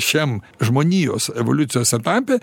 šiam žmonijos evoliucijos etape